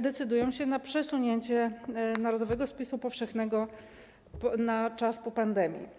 decydują się na przesunięcie narodowego spisu powszechnego na czas po pandemii.